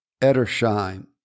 Edersheim